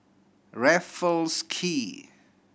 Raffles Quay